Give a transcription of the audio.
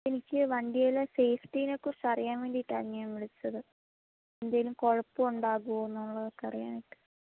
എനിക്ക് വണ്ടിയിലെ സേഫ്റ്റിയിനെക്കുറിച്ച് അറിയാൻ വേണ്ടിയിട്ടാണ് ഞാൻ വിളിച്ചത് എന്തെങ്കിലും കുഴപ്പമുണ്ടാകുമോയെന്ന് ഉള്ളതൊക്കെ അറിയാനായിട്ട്